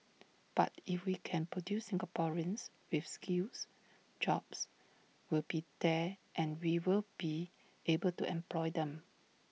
but if we can produce Singaporeans with skills jobs will be there and we will be able to employ them